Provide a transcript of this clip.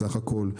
בסך הכול,